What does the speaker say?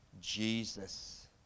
Jesus